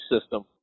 system